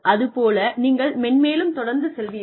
அதுபோல நீங்கள் மென்மேலும் தொடர்ந்து செல்வீர்கள்